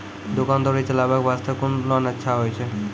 दुकान दौरी चलाबे के बास्ते कुन लोन अच्छा होय छै?